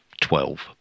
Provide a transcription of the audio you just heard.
twelve